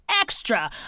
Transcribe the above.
extra